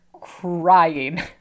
crying